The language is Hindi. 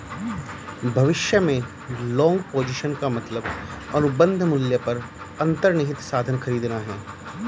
भविष्य में लॉन्ग पोजीशन का मतलब अनुबंध मूल्य पर अंतर्निहित साधन खरीदना है